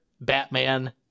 batman